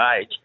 age